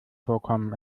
vorkommen